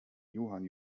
johann